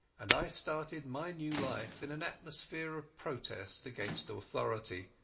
and i started my new life in an atmosphere of protest against authority.